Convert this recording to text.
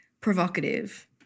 Provocative